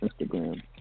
Instagram